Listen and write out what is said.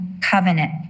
covenant